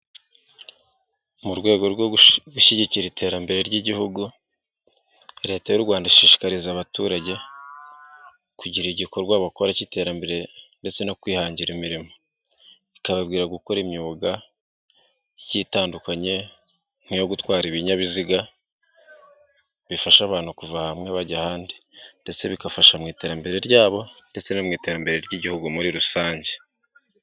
Mu rwego rwo gushyigikira iterambere ry'igihugu, Leta y'u Rwanda ishishikariza abaturage, kugira igikorwa bakora cy'iterambere, ndetse no kwihangira imirimo. Ikababwira gukora imyuga igiye itandukanye, nk'iyo gutwara ibinyabiziga bifasha abantu kuva hamwe bajya ahandi. Ndetse bigafasha mu iterambere ryabo, ndetse no mu iterambere ry'igihugu muri rusange.